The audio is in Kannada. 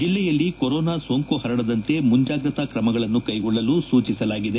ಜಿಲ್ಲೆಯಲ್ಲಿ ಕೊರೊನಾ ಸೋಂಕು ಹರಡದಂತೆ ಮುಂಜಾಗೃತಾ ಕ್ರಮಗಳನ್ನು ಕೈಗೊಳ್ಳಲು ಸೂಚಿಸಲಾಗಿದೆ